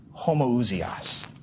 homoousios